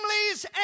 families